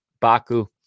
Baku